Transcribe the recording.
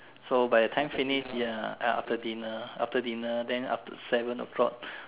so by the time finish ya after dinner after dinner then up to seven o-clock